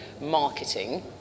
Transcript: Marketing